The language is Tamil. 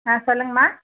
ஆ சொல்லுங்கம்மா